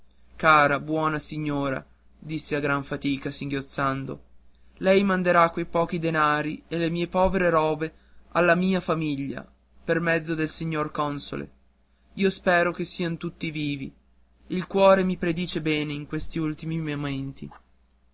cara buona signora disse a gran fatica singhiozzando lei manderà quei pochi denari e le mie povere robe alla mia famiglia per mezzo del signor console io spero che sian tutti vivi il cuore mi predice bene in questi ultimi momenti